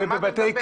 על מה אתה מדבר.